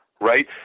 Right